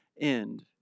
end